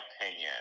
opinion